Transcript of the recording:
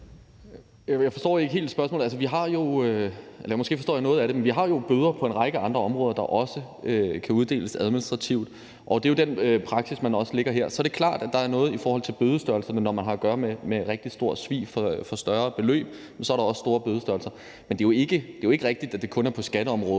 noget af det. Men vi har jo bøder på en række andre områder, der også kan uddeles administrativt, og det er den praksis, man også lægger her. Så er det klart, at der er noget i forhold til bødestørrelserne. Når man har at gøre med rigtig stort svig for større beløb, så er der også store bødestørrelser. Men det er jo ikke rigtigt, at det kun er på skatteområdet,